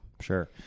Sure